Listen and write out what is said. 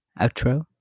outro